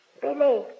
Billy